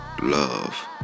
Love